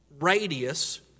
radius